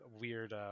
weird